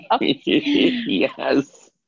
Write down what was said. Yes